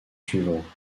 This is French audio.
suivants